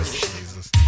Jesus